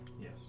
Yes